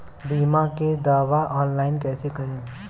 बीमा के दावा ऑनलाइन कैसे करेम?